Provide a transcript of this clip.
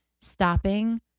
stopping